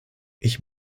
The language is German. ich